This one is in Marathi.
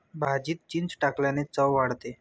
भाजीत चिंच टाकल्याने चव वाढते